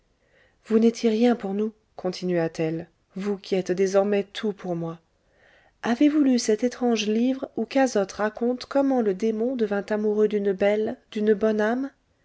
vous n'étiez rien pour nous continua-t-elle vous qui êtes désormais tout pour moi avez-vous lu cet étrange livre où cazotte raconte comment le démon devint amoureux d'une belle d'une bonne âme